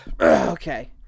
Okay